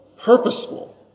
purposeful